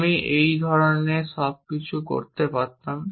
আমি এই ধরনের সব কিছু করতে পারতাম